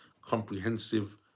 comprehensive